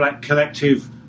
collective